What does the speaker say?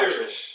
Irish